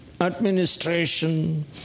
administration